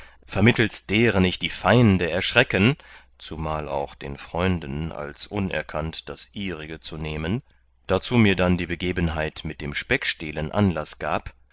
vermittelst deren ich die feinde erschrecken zumal auch den freunden als unerkannt das ihrige zu nehmen darzu mir dann die begebenheit mit dem speckstehlen anlaß gab